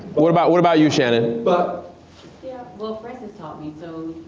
but what about what about you, shannon? but yeah well francis taught me so